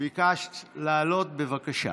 ביקשת לעלות, בבקשה.